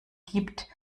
gibt